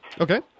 Okay